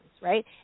right